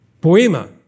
Poema